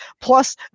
Plus